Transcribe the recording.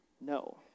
No